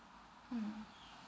mmhmm